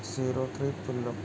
zero three പുല്ലും